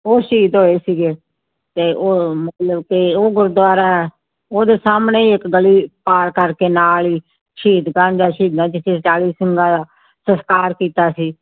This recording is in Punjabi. ਉਹ ਸ਼ਹੀਦ ਹੋਏ ਸੀਗੇ ਅਤੇ ਉਹ ਮਤਲਬ ਕਿ ਉਹ ਗੁਰਦੁਆਰਾ ਉਹਦੇ ਸਾਹਮਣੇ ਹੀ ਇੱਕ ਗਲੀ ਪਾਰ ਕਰਕੇ ਨਾਲ ਹੀ ਸ਼ਹੀਦ ਗੰਜ ਆ ਸ਼ਹੀਦਾਂ ਜਿੱਥੇ ਚਾਲੀ ਸਿੰਘਾਂ ਦਾ ਸੰਸਕਾਰ ਕੀਤਾ ਸੀ